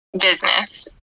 business